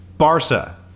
Barca